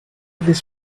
this